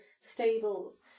stables